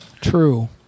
True